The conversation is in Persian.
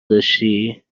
داشتی